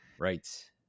Right